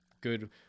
good